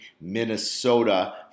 Minnesota